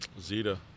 Zeta